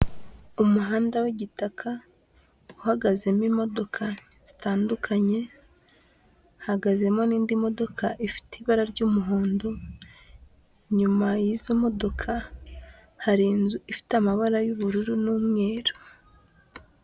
Umuhanda w'igitaka uhagazemo imodoka zitandukanye, hahagazemo n'indi modoka ifite ibara ry'umuhondo, inyuma y'izo modoka hari inzu ifite amabara y'ubururu n'umweru.